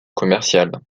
commercial